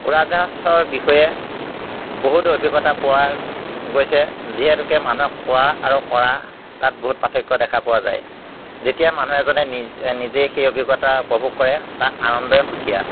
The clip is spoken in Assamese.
উৰাজাহাজৰ বিষয়ে বহুতো অভিজ্ঞতা পোৱা গৈছে যিহেতুকে মানুহে কোৱা আৰু কৰা তাত বহুত পাৰ্থক্য দেখা পোৱা যায় যেতিয়া মানুহ এজনে নিজ নিজেই সেই অভিজ্ঞতা উপভোগ কৰে তাৰ আনন্দই সুকীয়া